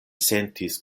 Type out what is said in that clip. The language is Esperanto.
sentis